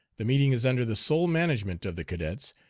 the meeting is under the sole management of the cadets,